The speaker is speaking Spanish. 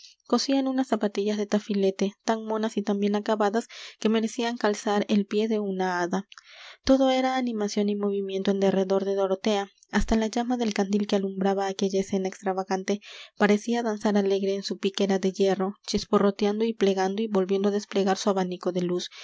cosían unas zapatillas de tafilete tan monas y tan bien acabadas que merecían calzar el pie de una hada todo era animación y movimiento en derredor de dorotea hasta la llama del candil que alumbraba aquella escena extravagante parecía danzar alegre en su piquera de hierro chisporroteando y plegando y volviendo á desplegar su abanico de luz